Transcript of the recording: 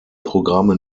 programme